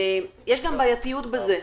יש גם בעייתיות בזה.